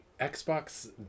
Xbox